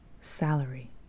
salary